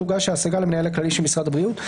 תוגש ההשגה למנהל הכללי של משרד הבריאות.